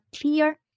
clear